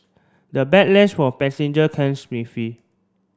the backlash from passenger came